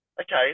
okay